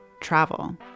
travel